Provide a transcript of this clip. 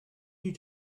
you